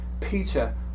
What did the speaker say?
Peter